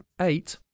eight